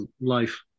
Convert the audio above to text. life